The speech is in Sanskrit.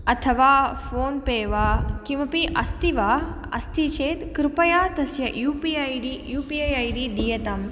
अथवा फोन् पे वा किमपि अस्ति वा अस्ति चेत् कृपया तस्य U P I D U P I I D दीयतां